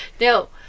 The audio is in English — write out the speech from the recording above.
No